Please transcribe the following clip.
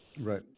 Right